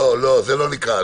לא, זה לא נקרא.